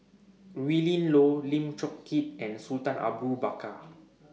Willin Low Lim Chong Keat and Sultan Abu Bakar